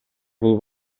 бул